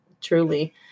truly